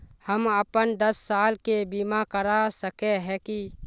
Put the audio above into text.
हम अपन दस साल के बीमा करा सके है की?